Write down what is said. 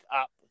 up